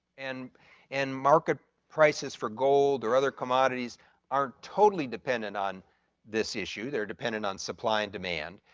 and and market prices for gold or other commodities are totally dependent on this issue. they're dependent on supply and demand.